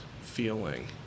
feeling